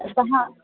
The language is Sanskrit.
श्वः